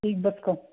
ایک بس کا